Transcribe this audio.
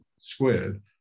squared